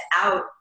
out